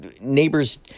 neighbors